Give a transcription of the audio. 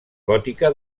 gòtica